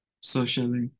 socially